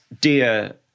dear